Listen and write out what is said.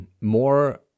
more